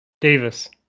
davis